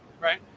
right